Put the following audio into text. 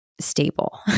stable